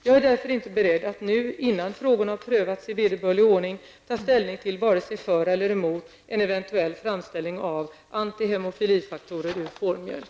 Jag är därför inte beredd att nu, innan frågorna har prövats i vederbörlig ordning, ta ställning vare sig för eller emot en eventuell framställning av antihemofilifaktorer ur fårmjölk.